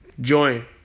join